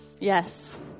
Yes